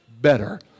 better